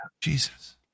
Jesus